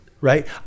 right